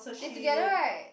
they together right